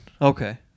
Okay